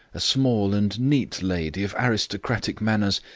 a small and neat lady of aristocratic manners,